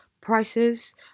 prices